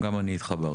גם אני התחברתי.